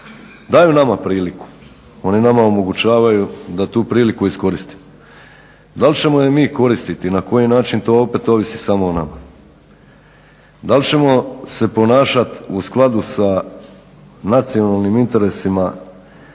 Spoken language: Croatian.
daju nama priliku, oni nama omogućavaju da tu priliku iskoristimo. Da li ćemo je mi koristiti i na koji način, to opet ovisi samo o nama. Da li ćemo se ponašat u skladu sa nacionalnim interesima,